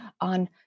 on